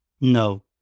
No